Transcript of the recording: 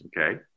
Okay